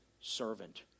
servant